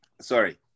sorry